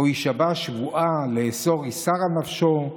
או השבע שבעה לאסר אסר על נפשו,